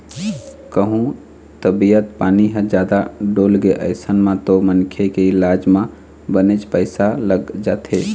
कहूँ तबीयत पानी ह जादा डोलगे अइसन म तो मनखे के इलाज म बनेच पइसा लग जाथे